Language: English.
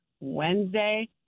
Wednesday